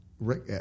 Rick